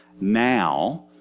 now